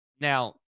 Now